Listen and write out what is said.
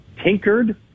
tinkered